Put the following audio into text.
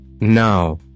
now